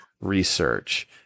research